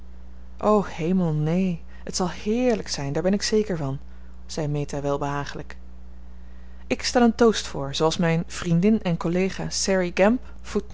o hemel neen het zal heerlijk zijn daar ben ik zeker van zei meta welbehaaglijk ik stel een toast voor zooals mijn vriendin en collega sairy gamp